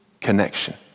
connection